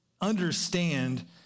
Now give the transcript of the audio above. understand